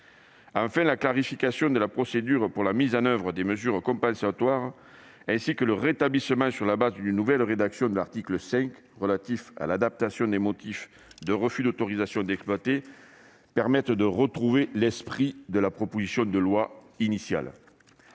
Enfin, la clarification de la procédure pour la mise en oeuvre des mesures compensatoires, ainsi que le rétablissement sur la base d'une nouvelle rédaction de l'article 5, relatif à l'adaptation des motifs de refus d'autorisation d'exploiter, permettent de retrouver l'esprit de la proposition de loi initiale.